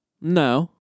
no